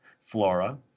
flora